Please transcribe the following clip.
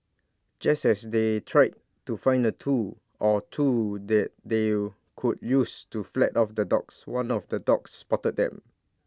just as they try to find A tool or two that they could use to fled off the dogs one of the dogs spotted them